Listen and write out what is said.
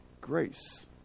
grace